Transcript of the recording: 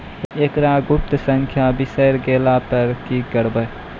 एकरऽ गुप्त संख्या बिसैर गेला पर की करवै?